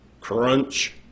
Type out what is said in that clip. crunch